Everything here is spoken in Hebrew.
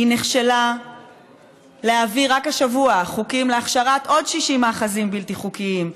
היא נכשלה בלהעביר רק השבוע חוקים להכשרת עוד 60 מאחזים בלתי חוקיים,